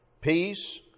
peace